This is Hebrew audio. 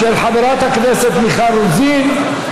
של חברת הכנסת מיכל רוזין.